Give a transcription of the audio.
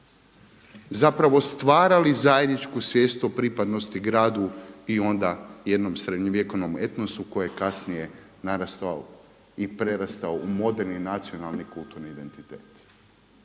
zapravo stvarali zajedničku svijest o pripadnosti gradu i onda jednom srednjovjekovnom etnosu koji je kasnije narastao i prerastao u moderni nacionalni kulturni identitet.